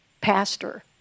pastor